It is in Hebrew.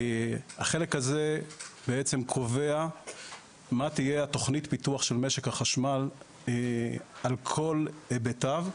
החלק הזה בעצם קובע מה תהיה תכנית הפיתוח של משק החשמל על כל היבטיו,